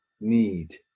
need